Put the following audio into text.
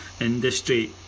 industry